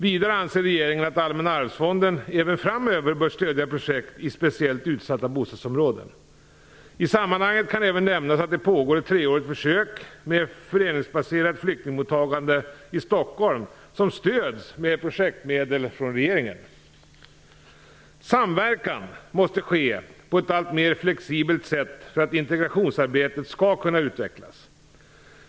Vidare anser regeringen att Allmänna arvsfonden även framöver bör stödja projekt i speciellt utsatta bostadsområden. I sammanhanget kan även nämnas att det pågår ett treårigt försök med föreningsbaserat flyktingmottagande i Stockholm som stöds med projektmedel från regeringen. Samverkan måste ske på ett alltmer flexibelt sätt för att integrationsarbetet skall kunna utvecklas.